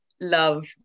love